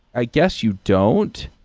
i guess you don't.